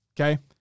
okay